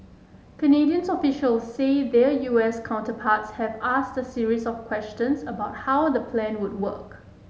Canadian officials say their U S counterparts have asked a series of questions about how the plan would work